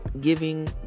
giving